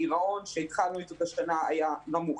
הגירעון שהתחלנו איתו את השנה היה נמוך